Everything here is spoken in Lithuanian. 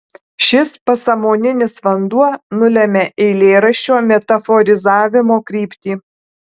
šis pasąmoninis vanduo nulemia eilėraščio metaforizavimo kryptį